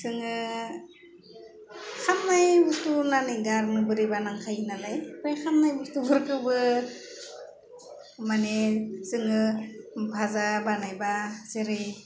जोङो खामनाय बुस्थु होन्नानै गारनो बोरैबा नांखायो नालाय ओमफ्राय खामनाय बुस्थुफोरखौबो माने जोङो भाजा बानायबा जेरै